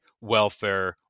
welfare